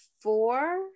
four